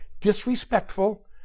disrespectful